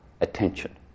attention